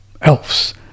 elves